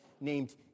named